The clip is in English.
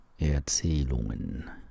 Erzählungen